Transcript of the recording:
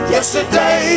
Yesterday